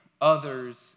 others